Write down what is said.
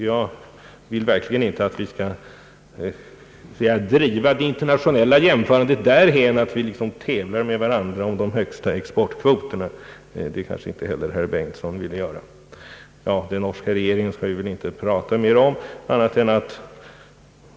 Jag vill verkligen inte att vi skall driva de internationella jämförelserna därhän att vi tävlar med varandra om de högsta exportkvoterna. Det kanske inte heller herr Bengtson vill göra. Den norska regeringen skall vi väl inte prata mycket mera om.